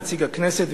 נציג הכנסת,